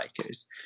bikers